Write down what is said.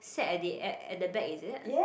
sad at the end at the back is it